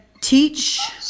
teach